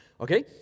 Okay